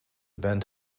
band